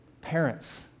Parents